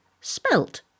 spelt